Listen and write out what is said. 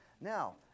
Now